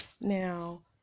Now